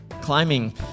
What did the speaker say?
Climbing